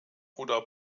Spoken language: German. oder